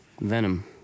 Venom